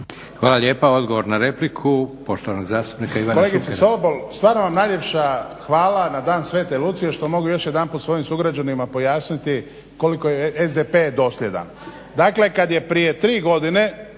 Hvala lijepa. Odgovor na repliku poštovanog zastupnika Ivana Šukera.